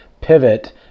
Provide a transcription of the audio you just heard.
pivot